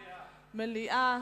מליאה.